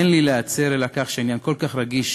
אין לי אלא להצר על כך שעניין כל כך רגיש